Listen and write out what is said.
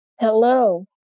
Hello